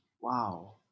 Wow